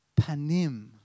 panim